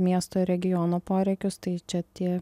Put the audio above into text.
miesto regiono poreikius tai čia tie